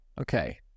Okay